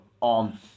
on